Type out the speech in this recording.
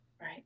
Right